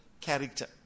character